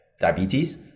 diabetes